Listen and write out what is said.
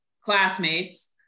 classmates